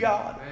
God